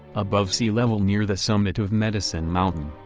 above sea level near the summit of medicine mountain,